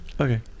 Okay